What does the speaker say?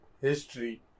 history